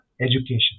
Education